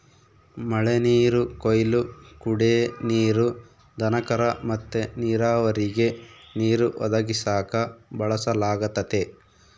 ಮಳೆನೀರು ಕೊಯ್ಲು ಕುಡೇ ನೀರು, ದನಕರ ಮತ್ತೆ ನೀರಾವರಿಗೆ ನೀರು ಒದಗಿಸಾಕ ಬಳಸಲಾಗತತೆ